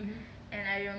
mmhmm